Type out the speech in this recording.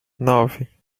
nove